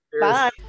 Bye